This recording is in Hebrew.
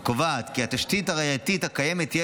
הקובעת כי התשתית הראייתית הקיימת תהיה